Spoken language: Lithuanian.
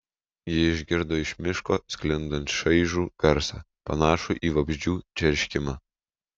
ji išgirdo iš miško sklindant šaižų garsą panašų į vabzdžių čerškimą